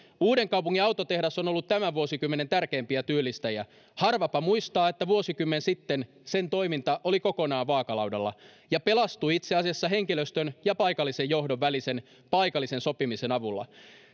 uudenkaupungin autotehdas on ollut tämän vuosikymmenen tärkeimpiä työllistäjiä harvapa muistaa että vuosikymmen sitten sen toiminta oli kokonaan vaakalaudalla ja pelastui itse asiassa henkilöstön ja paikallisen johdon välisen paikallisen sopimisen avulla